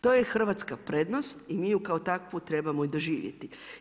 To je hrvatska prednost i mi je kao takvu trebamo i doživjeti.